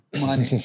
money